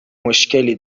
مشکلی